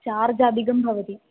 charge अधिकं भवति